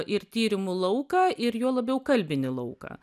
ir tyrimų lauką ir juo labiau kalbinį lauką